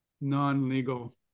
non-legal